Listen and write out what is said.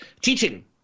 teaching –